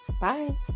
Bye